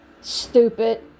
stupid